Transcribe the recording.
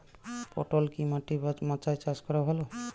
পটল কি মাটি বা মাচায় চাষ করা ভালো?